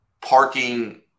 parking